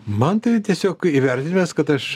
man tai tiesiog įvertinimas kad aš